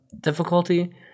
difficulty